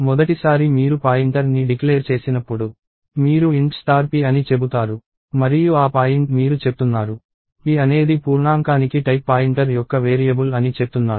మొదటిసారి మీరు పాయింటర్ని డిక్లేర్ చేసినప్పుడు మీరు int p అని చెబుతారు మరియు ఆ పాయింట్ మీరు చెప్తున్నారు p అనేది పూర్ణాంకానికి టైప్ పాయింటర్ యొక్క వేరియబుల్ అని చెప్తున్నారు